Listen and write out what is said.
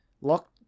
lock